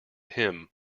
him